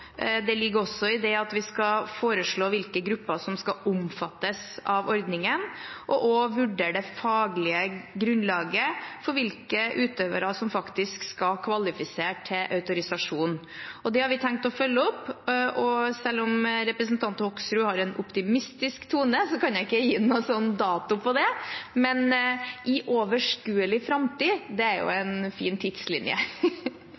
Det ligger også i det at vi skal foreslå hvilke grupper som skal omfattes av ordningen, og også vurdere det faglige grunnlaget for hvilke utøvere som faktisk skal kvalifisere til autorisasjon. Det har vi tenkt å følge opp, og selv om representanten Hoksrud har en optimistisk tone, kan jeg ikke gi noen dato for det, men i overskuelig framtid er jo